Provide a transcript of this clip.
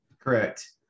Correct